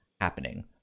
happening